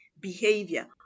behavior